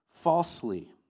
falsely